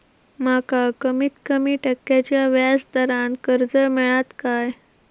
माका कमीत कमी टक्क्याच्या व्याज दरान कर्ज मेलात काय?